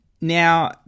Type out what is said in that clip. Now